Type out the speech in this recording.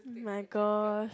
my gosh